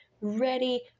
ready